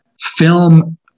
Film